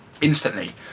instantly